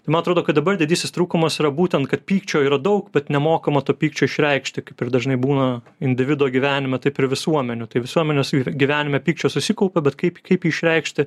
man atrodo kad dabar didysis trūkumas yra būtent kad pykčio yra daug bet nemokama to pykčio išreikšti kaip ir dažnai būna individo gyvenime taip ir visuomenių tai visuomenės gyvenime pykčio susikaupia bet kaip kaip išreikšti